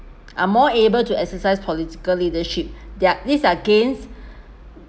are more able to exercise political leadership there are these are gains